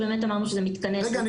אמרנו שזה מתכנס --- רגע,